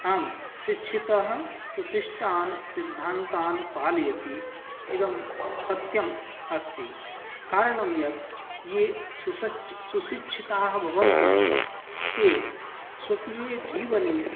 आम् शिक्षितः सुशिष्टान् सिद्धान्तान् पालयति इदं सत्यम् अस्ति कारणं यत् ये सुशिक्षिताः भवन्ति ते स्वकीयजीवने